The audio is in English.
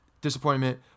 disappointment